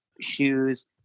shoes